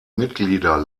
mitglieder